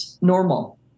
normal